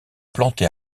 planté